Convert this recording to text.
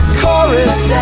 chorus